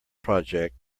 project